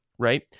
right